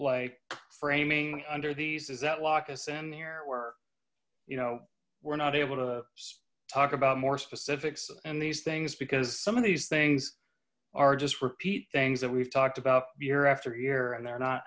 like framing under these does that lock us in here where you know we're not able to talk about more specifics and these things because some of these things are just repeat things that we've talked about year after year and they're not